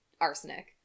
arsenic